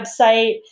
website